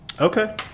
Okay